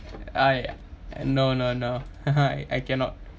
I ah eh no no no I cannot